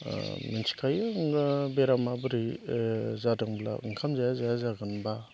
मिन्थिखायो बेरामा बोरै जादोंब्ला ओंखाम जाया जाया जागोन बा